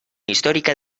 histórica